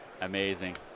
amazing